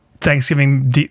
Thanksgiving